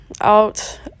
out